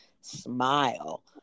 smile